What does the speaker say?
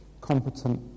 competent